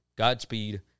Godspeed